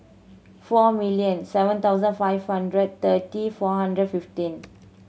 four million seven thousand five hundred thirty four hundred fifteen